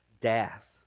death